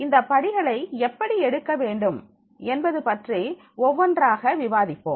இந்தப் படிகளை எப்படி எடுக்க வேண்டும் என்பது பற்றி ஒவ்வொன்றாக விவாதிப்போம்